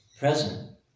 Present